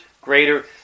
greater